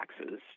taxes